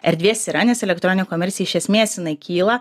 erdvės yra nes elektroninė komercija iš esmės jinai kyla